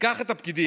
שתיקח את הפקידים